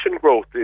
growth